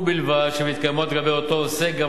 ובלבד שמתקיימות לגבי אותו עוסק גם